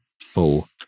full